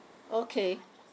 okay